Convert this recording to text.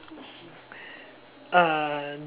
uh